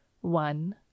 One